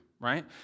right